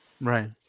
Right